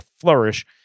flourish